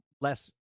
less